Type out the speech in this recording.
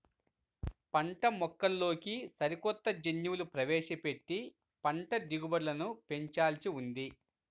పంటమొక్కల్లోకి సరికొత్త జన్యువులు ప్రవేశపెట్టి పంట దిగుబడులను పెంచాల్సి ఉంది